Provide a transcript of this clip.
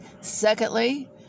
Secondly